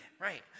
right